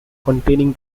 containing